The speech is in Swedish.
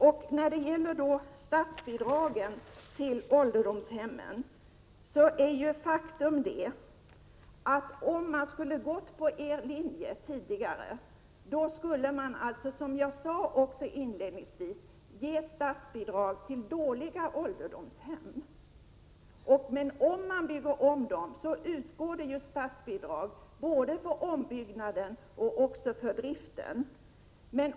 I fråga om statsbidrag till ålderdomshemmen: Faktum är att om vi tidigare skulle ha gått på er linje, då skulle man också, som jag sade inledningsvis, ge statsbidrag till dåliga ålderdomshem. Men om man bygger om dem så utgår det statsbidrag både för ombyggnaden och för driften.